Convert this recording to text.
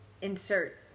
insert